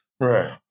Right